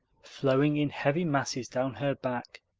flowing in heavy masses down her back.